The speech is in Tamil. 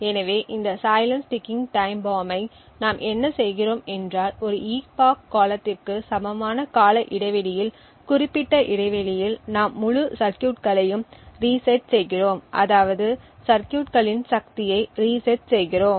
எனவே இந்த சைலென்ஸ் டிக்கிங் டைம் பாம்ப் ஐ நாம் என்ன செய்கிறோம் என்றால் ஒரு epoch காலத்திற்கு சமமான கால இடைவெளியில் குறிப்பிட்ட இடைவெளியில் நாம் முழு சர்கியூட்களையும் ரீசெட் செய்கிறோம் அதாவது சர்கியூட்களின் சக்தியை ரீசெட் செய்கிறோம்